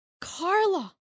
carla